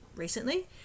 Recently